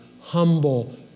humble